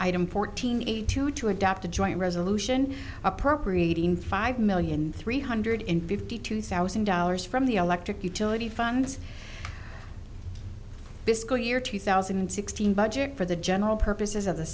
item fourteen eighty two to adopt a joint resolution appropriating five million three hundred in fifty two thousand dollars from the electric utility funds to school year two thousand and sixteen budget for the general purposes of the